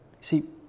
See